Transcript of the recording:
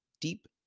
deep